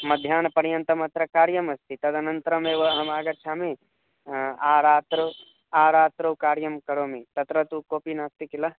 मध्याह्नपर्यन्तमत्र कार्यमस्ति तदनन्तरमेव अहमागच्छामि आरात्रौ आरात्रौ कार्यं करोमि तत्र तु कोऽपि नास्ति किल